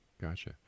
gotcha